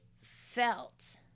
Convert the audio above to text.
felt